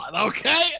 Okay